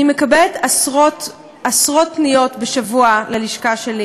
אני מקבלת עשרות פניות בשבוע ללשכה שלי